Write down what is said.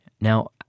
Now